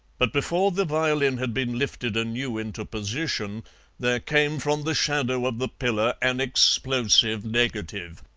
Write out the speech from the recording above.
but before the violin had been lifted anew into position there came from the shadow of the pillar an explosive negative.